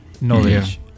knowledge